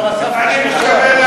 הנה, כבר אספתי שלושה.